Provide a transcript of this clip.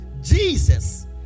Jesus